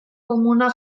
komunak